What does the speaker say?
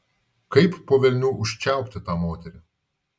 kaip po velnių užčiaupti tą moterį